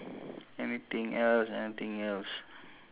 mine is fifteen ah